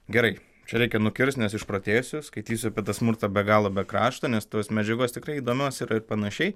gerai čia reikia nukirst nes išprotėsiu skaitysiu apie tą smurtą be galo be krašto nes tos medžiagos tikrai įdomios yra ir panašiai